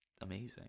amazing